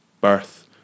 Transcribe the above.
birth